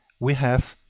we have,